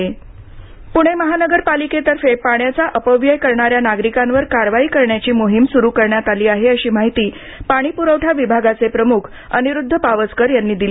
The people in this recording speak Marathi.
पाण्याचा अपव्यय कारवाई पूणे महानगरपालिकेतर्फे पाण्याचा अपव्यय करणाऱ्या नागरिकांवर कारवाई करण्याची मोहीम सुरू करण्यात आली आहे अशी माहिती पाणीप्रवठा विभागाचे प्रमुख अनिरुद्ध पावसकर यांनी दिली